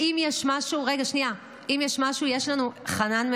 אם יש משהו, יש לנו את חנן מלמד,